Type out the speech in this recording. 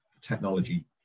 technology